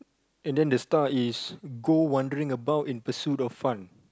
and there the star is go wandering about in pursuit of fun